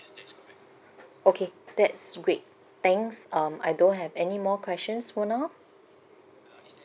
okay that's great thanks um I don't have any more questions for now